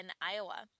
Iowa